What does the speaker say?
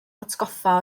hatgoffa